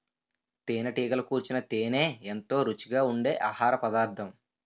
తేనెటీగలు కూర్చిన తేనే ఎంతో రుచిగా ఉండె ఆహారపదార్థం